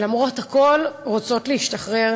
ולמרות הכול רוצות להשתחרר